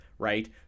Right